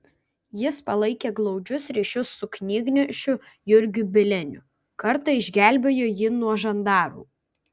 jis palaikė glaudžius ryšius su knygnešiu jurgiu bieliniu kartą išgelbėjo jį nuo žandaru